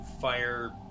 fire